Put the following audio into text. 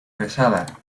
pesada